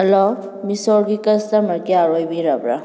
hello ꯃꯤꯁꯣꯒꯤ customer care ꯑꯣꯏꯕꯤꯔꯕ꯭ꯔꯥ